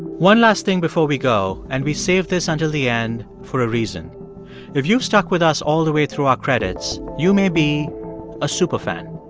one last thing before we go and we saved this until the end for a reason if you've stuck with us all the way through our credits, you may be a superfan.